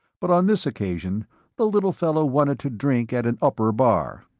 but on this occasion the little fellow wanted to drink at an upper bar.